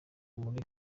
muri